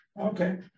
Okay